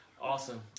awesome